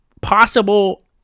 possible